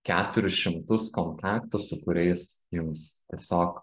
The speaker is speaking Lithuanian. keturius šimtus kontaktų su kuriais jums tiesiog